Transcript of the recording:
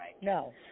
No